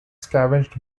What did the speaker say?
scavenged